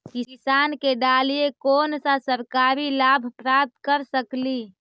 किसान के डालीय कोन सा सरकरी लाभ प्राप्त कर सकली?